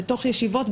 בתוך ישיבות,